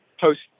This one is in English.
post